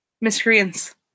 miscreants